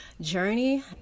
journey